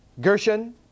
Gershon